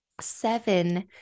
seven